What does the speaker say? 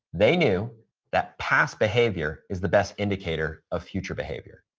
they knew that past behavior is the best indicator of future behavior.